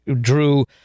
drew